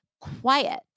quiet